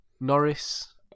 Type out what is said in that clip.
Norris